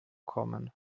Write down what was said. kommen